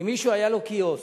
אם למישהו היה קיוסק